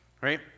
Right